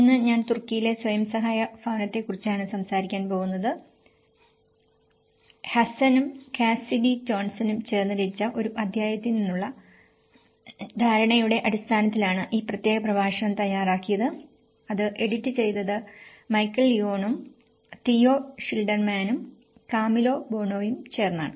ഇന്ന് ഞാൻ തുർക്കിയിലെ സ്വയം സഹായ ഭവനത്തെക്കുറിച്ചാണ് സംസാരിക്കാൻ പോകുന്നത് ഹസ്സനും കാസിഡി ജോൺസണും ചേർന്ന് രചിച്ച ഒരു അധ്യായത്തിൽ നിന്നുള്ള ധാരണയുടെ അടിസ്ഥാനത്തിലാണ് ഈ പ്രത്യേക പ്രഭാഷണം തയ്യാറാക്കിയത് അത് എഡിറ്റ് ചെയ്തത് മൈക്കൽ ലിയോണും തിയോ ഷിൽഡർമാനും കാമിലോ ബോണോയും ചേർന്നാണ്